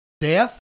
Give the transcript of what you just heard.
Death